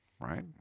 right